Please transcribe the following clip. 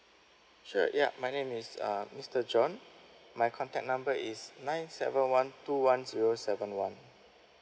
sure yeah my name is uh mister john my contact number is nine seven one two one zero seven one